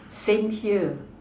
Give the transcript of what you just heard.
same here